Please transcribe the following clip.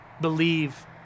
believe